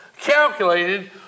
calculated